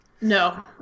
No